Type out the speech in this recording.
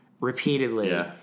repeatedly